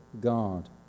God